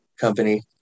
company